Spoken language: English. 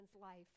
life